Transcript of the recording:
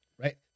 Right